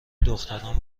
دختران